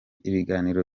ibiganiro